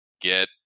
get